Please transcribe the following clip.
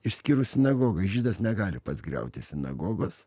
išskyrus sinagogą žydas negali pats griauti sinagogos